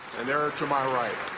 and they are are to my right.